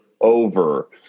over